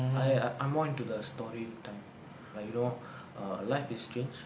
I I'm more into the story type like you know err life is strange